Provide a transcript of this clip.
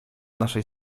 naszej